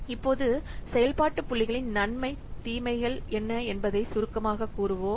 இப்போது செயல்பாட்டு புள்ளிகளின் நன்மை தீமைகள் என்ன என்பதை சுருக்கமாகக் கூறுவோம்